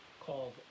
called